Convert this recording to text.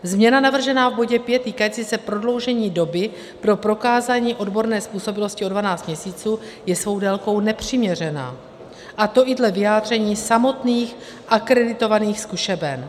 Změna navržená v bodě 5 týkající se prodloužení doby pro prokázání odborné způsobilosti o dvanáct měsíců je svou délkou nepřiměřená, a to i dle vyjádření samotných akreditovaných zkušeben.